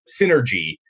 synergy